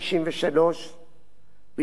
ביום א' בכסלו תשנ"ד,